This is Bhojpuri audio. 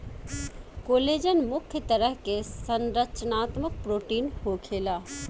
कोलेजन मुख्य तरह के संरचनात्मक प्रोटीन होखेला